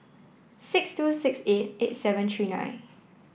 six two six eight eight seven three nine